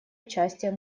участия